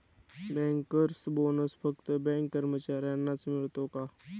Bankers bonus फक्त bank कर्मचाऱ्यांनाच मिळतो का?